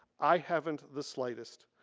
i haven't the slightest.